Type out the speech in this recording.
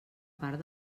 part